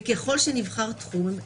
וככל שנבחר תחום,